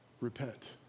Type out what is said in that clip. repent